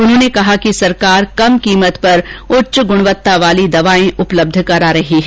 उन्होंने कहा कि सरकार कम कीमत पर उच्च गुणवत्ता वाली दवाए उपलब्ध करा रही है